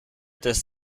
des